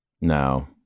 No